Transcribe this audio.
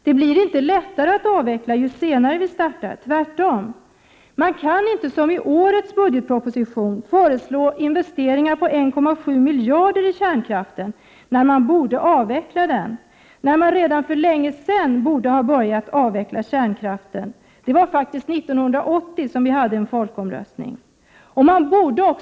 Det blir inte lättare att avveckla ju senare vi startar, tvärtom. Man kan inte som i årets budgetproposition föreslå investeringar på 1,7 miljarder i kärnkraften, när man borde avveckla den. Man borde ha påbörjat avvecklingen av kärnkraften redan för länge sedan. Det var faktiskt år 1980 som vi hade en folkomröstning. Man borde också för länge sedan ha gjorten Prot.